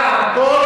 האשה.